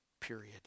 period